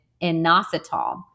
inositol